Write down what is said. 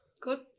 Good